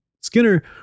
Skinner